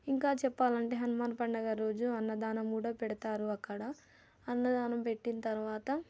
ఇంకా చెప్పాలంటే హనుమాన్ పండుగ రోజు అన్నదానం కూడా పెడతారు అక్కడ అన్నదానం పెట్టిన తర్వాత